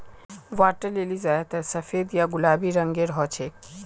water lily ज्यादातर सफेद या गुलाबी रंगेर हछेक